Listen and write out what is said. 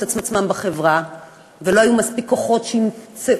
עצמם בחברה ולא היו מספיק כוחות שימצאו